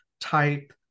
type